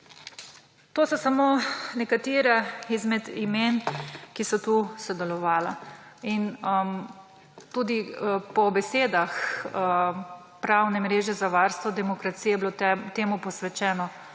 To so samo nekatera izmed imen, ki so tu sodelovala. Tudi po besedah Pravne mreže za varstvo demokracije je bilo temu posvečeno